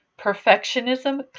perfectionism